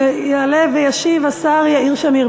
יעלה וישיב השר יאיר שמיר.